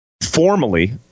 formally